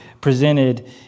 presented